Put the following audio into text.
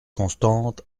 constante